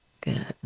good